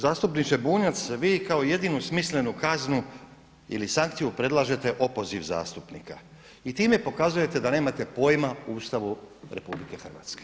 Zastupniče Bunjac, vi kao jedinu smislenu kaznu ili sankciju predlažete opoziv zastupnika i time pokazujete da nemate pojma o Ustavu RH.